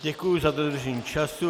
Děkuji za dodržení času.